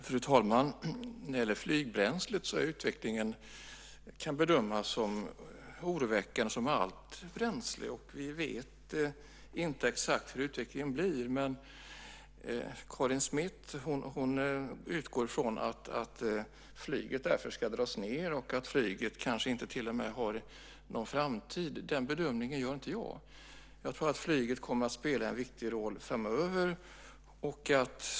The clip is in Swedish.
Fru talman! När det gäller flygbränslet kan utvecklingen bedömas som oroväckande, liksom för allt bränsle. Vi vet inte exakt hur utvecklingen blir. Karin Smith utgår från att flyget därför ska dras ned och att det kanske till och med inte har någon framtid. Den bedömningen gör inte jag. Jag tror att flyget kommer att spela en viktig roll framöver.